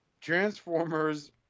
Transformers